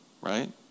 right